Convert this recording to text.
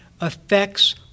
affects